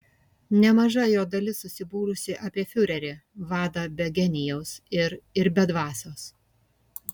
nemaža jo dalis susibūrusi apie fiurerį vadą be genijaus ir ir be dvasios